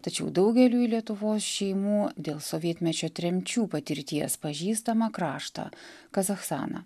tačiau daugeliui lietuvos šeimų dėl sovietmečio tremčių patirties pažįstamą kraštą kazachstaną